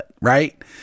right